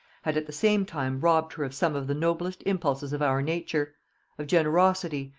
had at the same time robbed her of some of the noblest impulses of our nature of generosity,